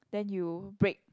then you brake